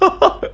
well